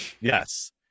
Yes